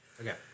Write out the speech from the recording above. Okay